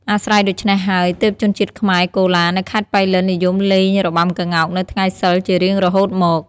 អាស្រ័យដូច្នេះហើយ ទើបជនជាតិខ្មែរកូឡានៅខេត្ដប៉ៃលិននិយមលេងរបាំក្ងោកនៅថ្ងៃសីលជារៀងរហូតមក ។